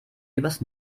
übers